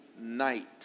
night